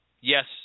Yes